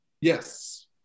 yes